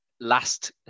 last